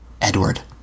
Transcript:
Edward